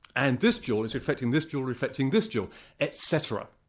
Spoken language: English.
and this jewel is reflecting this jewel reflecting this jewel etc.